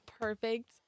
perfect